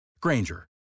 Granger